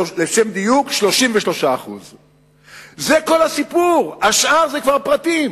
ולשם דיוק, 33%. זה כל הסיפור, השאר זה כבר פרטים.